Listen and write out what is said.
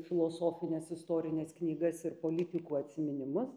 filosofines istorines knygas ir politikų atsiminimus